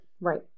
right